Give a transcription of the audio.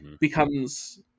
becomes